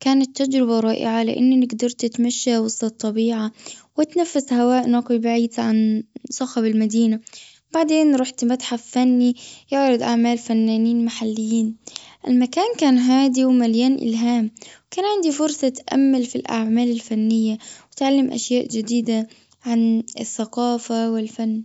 كانت تجربة رائعة لأني قدرت أتمشى وسط الطبيعة وأتنفس هواء نقي بعيد عن صخب المدينة. بعدين رحت متحف فني يعرض أعمال فنانين محليين. المكان كان هاديء ومليان الهام. وكان تتأمل في الأعمال الفنية وتعلم أشياء جديدة عن الثقافة والفن.